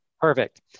Perfect